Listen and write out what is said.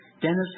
Dennis